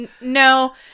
No